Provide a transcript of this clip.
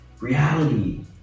reality